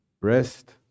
rest